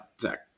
Zach